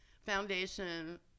Foundation